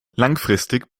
langfristig